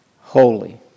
holy